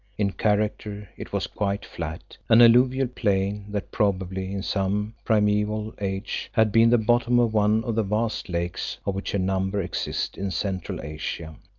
in character it was quite flat, an alluvial plain that probably, in some primeval age, had been the bottom of one of the vast lakes of which a number exist in central asia,